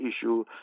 issue